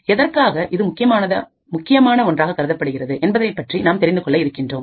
எதற்காக இது முக்கியமான ஒன்றாக கருதப்படுகின்றது என்பதனைப் பற்றி நாம் தெரிந்துகொள்ள இருக்கின்றோம்